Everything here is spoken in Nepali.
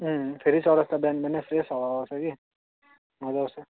अँ फेरि चौरास्ता बिहान बिहानै फ्रेस हावा आउँछ कि मज्जा आउँछ